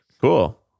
Cool